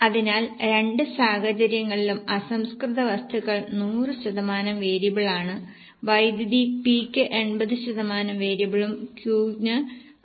അതിനാൽ രണ്ട് സാഹചര്യങ്ങളിലും അസംസ്കൃത വസ്തുക്കൾ 100 ശതമാനം വേരിയബിളാണ് വൈദ്യുതി P യ്ക്ക് 80 ശതമാനം വേരിയബിളും Q നു 60 ശതമാനം വേരിയബിളുമാണ്